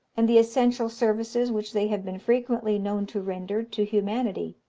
and the essential services which they have been frequently known to render to humanity,